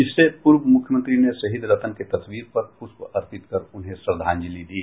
इससे पूर्व मुख्यमंत्री ने शहीद रतन के तस्वीर पर पुष्प अर्पित कर उन्हें श्रद्धांजलि दी